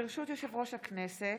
ברשות יושב-ראש הכנסת,